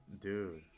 dude